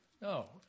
No